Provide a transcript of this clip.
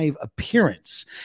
appearance